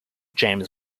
james